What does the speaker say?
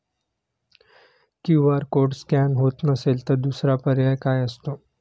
QR code scan होत नसेल तर दुसरा पर्याय काय असतो?